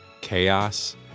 chaos